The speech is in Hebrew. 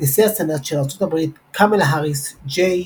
נשיא הסנאט של ארצות הברית קמאלה האריס, ג'יי.